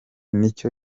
nicyo